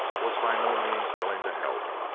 was by no means willing to help.